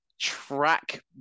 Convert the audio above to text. track